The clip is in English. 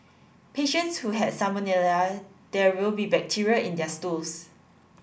patients who have salmonella there will be bacteria in their stools